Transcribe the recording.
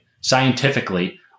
scientifically